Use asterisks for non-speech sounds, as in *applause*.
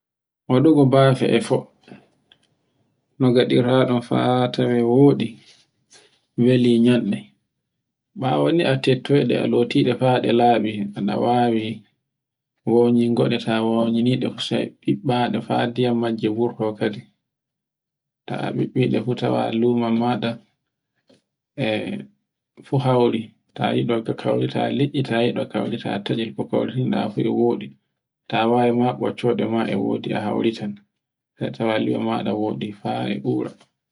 Waɗugo bafe e fo, no ngaɗirta tun fa toye woɗi, weli nyanɗe. Bawo ni a tetoyde a lotiɗe fa ɗe laɓi aɗa wawi woningoɗata woyninte sai ɓiɓɓaɗa ɗe fa ndiyam majje wurto kadin. Ta a ɓiɓɓiɗe fu sai tawa lumo maɗa e fu hauwri. Ta yiɗo ɗ kaurita *noise* liɗɗi tayi ɗo tatcel ko kauritinta fu e woɗi. t wawi ma boccoɗe e wodi a haurita a tawai li'o maɗa woɗi fa bura.